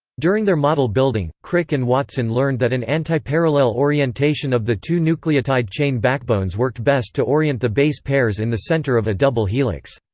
during their model building, crick and watson learned that an antiparallel orientation of the two nucleotide chain backbones worked best to orient the base pairs in the centre of a double helix.